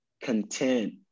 content